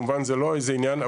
זה לא עניין,